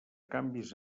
canvis